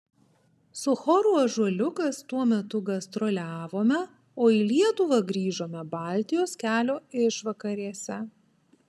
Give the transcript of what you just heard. su choru ąžuoliukas tuo metu gastroliavome o į lietuvą grįžome baltijos kelio išvakarėse